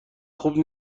خوب